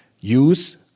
use